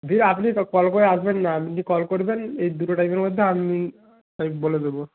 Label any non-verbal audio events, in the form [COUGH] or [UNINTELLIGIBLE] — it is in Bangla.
ভিড় আপনি [UNINTELLIGIBLE] কল করে আসবেন না আপনি কল করবেন এই দুটো টাইমের মধ্যে আমি আমি বলে দেবো